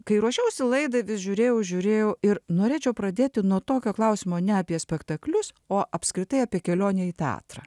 kai ruošiausi laidai vis žiūrėjau žiūrėjau ir norėčiau pradėti nuo tokio klausimo ne apie spektaklius o apskritai apie kelionę į teatrą